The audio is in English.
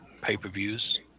pay-per-views